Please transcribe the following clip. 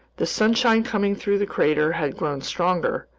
the sunshine coming through the crater had grown stronger,